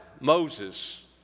Moses